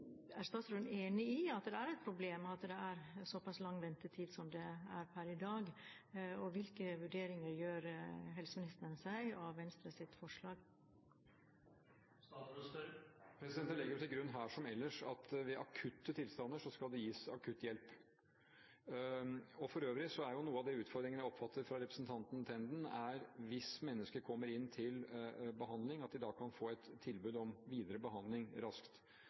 Er statsråden enig i at det er et problem at det er såpass lang ventetid som det er per i dag? Og hvilke vurderinger gjør helseministeren seg av Venstres forslag? Jeg legger jo til grunn her, som ellers, at ved akutte tilstander skal det gis akutt hjelp. For øvrig er jo noen av de utfordringene jeg oppfattet fra representanten Tenden, at hvis mennesker kommer inn til behandling, må de kunne få et tilbud om videre behandling raskt.